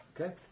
Okay